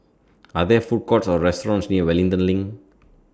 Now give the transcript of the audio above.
Are There Food Courts Or restaurants near Wellington LINK